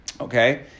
Okay